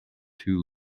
two